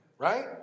Right